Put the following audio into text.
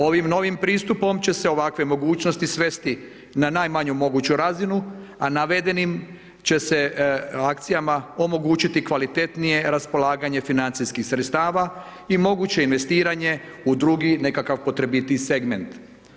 Ovim novim pristupom će se ovakve mogućnosti svesti na najmanju moguću razinu, a navedenim će se akcijama omogućiti kvalitetnije raspolaganje financijskih sredstava i moguće investiranje u drugi nekakav potrebitiji segment.